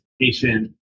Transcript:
patient